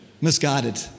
misguided